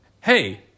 hey